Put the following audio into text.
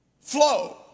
flow